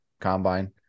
combine